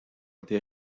été